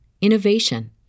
innovation